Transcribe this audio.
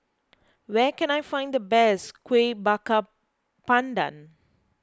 where can I find the best Kuih Bakar Pandan